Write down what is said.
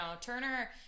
Turner